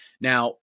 Now